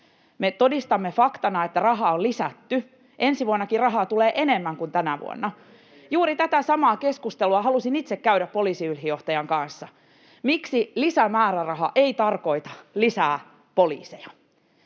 Me todistamme faktana, että rahaa on lisätty. Ensi vuonnakin rahaa tulee enemmän kuin tänä vuonna. [Petri Huru: Mutta ei riittävästi!] Juuri tätä samaa keskustelua halusin itse käydä poliisiylijohtajan kanssa, miksi lisämääräraha ei tarkoita lisää poliiseja,